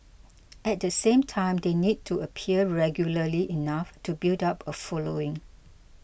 at the same time they need to appear regularly enough to build up a following